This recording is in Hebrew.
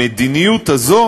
המדיניות הזו